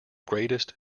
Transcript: greatest